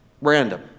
Random